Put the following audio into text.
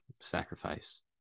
Sacrifice